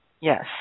Yes